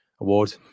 award